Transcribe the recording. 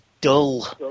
dull